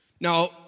Now